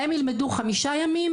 הם ילמדו חמישה ימים,